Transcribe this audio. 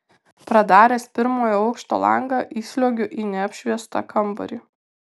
pradaręs pirmojo aukšto langą įsliuogiu į neapšviestą kambarį